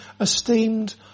esteemed